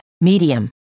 medium